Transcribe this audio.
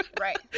Right